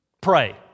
Pray